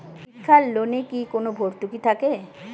শিক্ষার লোনে কি কোনো ভরতুকি থাকে?